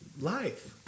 life